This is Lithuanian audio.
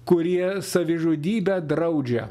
kurie savižudybę draudžia